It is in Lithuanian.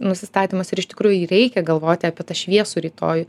nusistatymas ir iš tikrųjų jį reikia galvoti apie tą šviesų rytojų